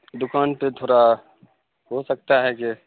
دوکان پہ تھوڑا ہو سکتا ہے کہ